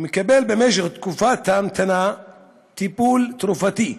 ומקבל במשך תקופת ההמתנה טיפול תרופתי,